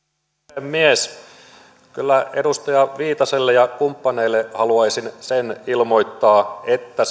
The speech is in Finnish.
puhemies kyllä edustaja viitaselle ja kumppaneille haluaisin sen ilmoittaa että